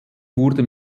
wurde